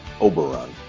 Oberon